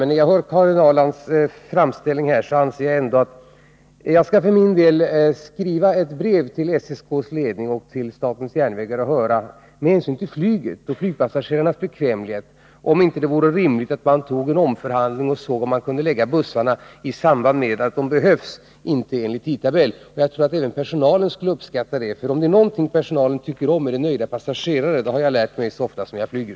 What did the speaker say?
Men när jag nu har hört Karin Ahrlands framställning skall jag skriva ett brev till SSK:s ledning och till SJ och fråga om det inte vore rimligt, med hänsyn till flygets och flygpassagerarnas bekvämlighet, att man tog upp en omförhandling för att undersöka om man kan förlägga bussturerna i samband med att de behövs, inte enligt tidtabellen. Jag tror att personalen skulle uppskatta det, därför att om det är någonting som personalen tycker om så är det nöjda passagerare — det har jag lärt mig, så ofta som jag flyger.